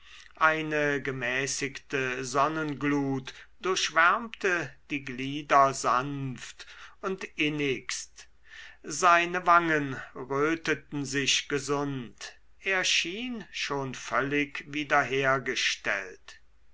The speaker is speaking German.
eine gemäßigte sonnenglut durchwärmte die glieder sanft und innigst seine wangen röteten sich gesund er schien schon völlig wiederhergestellt